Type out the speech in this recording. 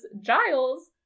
Giles